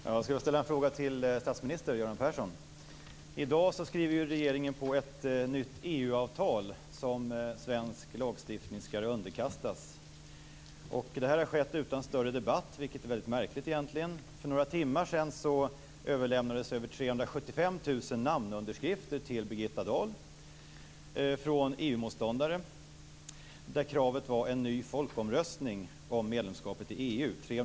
Fru talman! Jag skulle vilja ställa en fråga till statsminister Göran Persson. I dag skriver regeringen på ett nytt EU-avtal, som svensk lagstiftning skall underkastas. Det här har skett utan större debatt, vilket egentligen är väldigt märkligt. För några timmar sedan överlämnades över motståndare. Kravet var en ny folkomröstning om medlemskapet i EU.